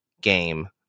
game